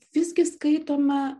visgi skaitomą